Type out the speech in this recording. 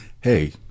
hey